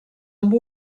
amb